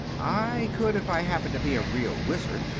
i could if i happened to be a real wizard,